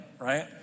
right